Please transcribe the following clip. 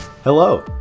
Hello